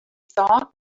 thought